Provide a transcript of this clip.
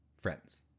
friends